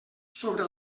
sobre